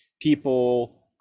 people